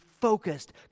focused